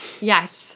Yes